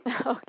Okay